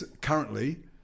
currently